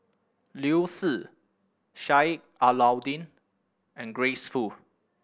Liu Si Sheik Alau'ddin and Grace Fu